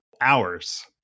hours